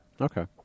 Okay